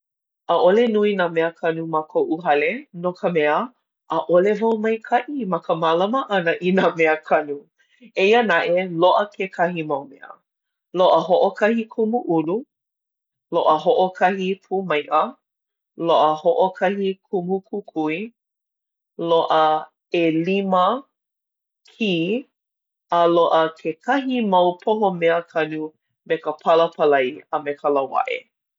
ʻAʻole nui nā meakanu ma koʻu hale no ka mea, ʻaʻole wau maikaʻi ma ka mālama ʻana i nā meakanu. Eia naʻe loaʻa nō kekahi mau mea. Loaʻa hoʻokahi kumu ʻulu. Loaʻa hoʻokahi pū maiʻa. Loaʻa hoʻokahi kumu kukui. Loaʻa ʻelima kī. A loaʻa kekahi mau poho meakanu me ka palapalai a me ka lauaʻe.